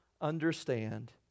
understand